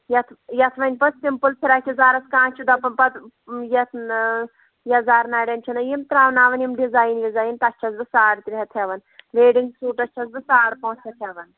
یَتھ یَتھ وَنہِ پَتہٕ سِمپٕل فِرٛاک یزارَس کانٛہہ چھُ دَپان پَتہٕ یَتھ یَزار نَرٮ۪ن چھِنا یِم ترٛاوناوان یِم ڈِزایِن وِزایِن تَتھ چھَس بہٕ ساڑ ترٛےٚ ہَتھ ہٮ۪وان وَٮ۪ڈِنٛگ سوٗٹَس چھَس بہٕ ساڑ پانٛژھ ہَتھ ہٮ۪وان